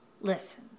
listen